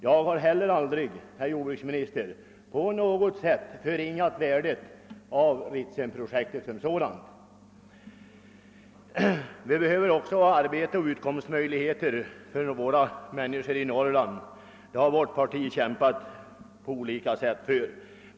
Jag har heller aldrig på något sätt förringat värdet av Ritsemprojektet som sådant. Vi behöver också skaffa arbete och utkomst åt människorna i Norrland — det har vårt parti på olika sätt kämpat för.